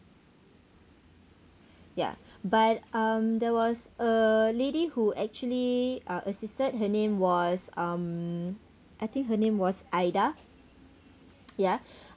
ya but um there was a lady who actually uh assisted her name was um I think her name was ida ya